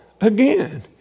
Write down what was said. again